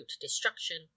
destruction